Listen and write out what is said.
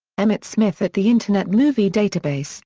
emmitt smith at the internet movie database